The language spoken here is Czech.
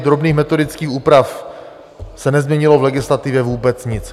drobných metodických úprav se nezměnilo v legislativě vůbec nic.